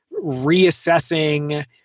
reassessing